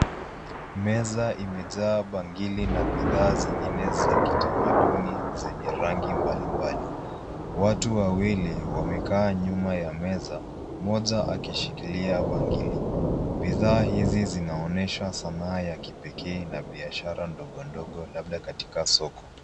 Meza imejaa bangili na bidhaa zingine za kitamaduni zenye rangi mbali mbali. Watu wawili wamekaa nyuma ya meza, mmoja akishikilia bangili. Bidhaa hizi zinaonesha sanaa ya kipekee, na biashara ndogo ndogo labda katika soko.